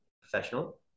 professional